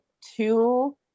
two